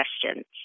questions